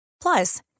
plus